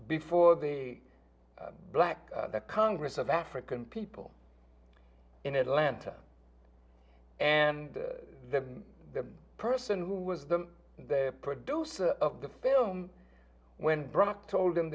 before the black the congress of african people in atlanta and the person who was the the producer of the film when brock told